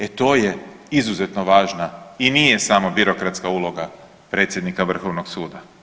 E to je izuzetno važna i nije samo birokratska uloga predsjednika Vrhovnog suda.